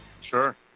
Sure